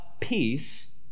peace